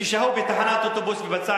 רצח שבעה פועלים שלווים ששהו בתחנת אוטובוס, ופצע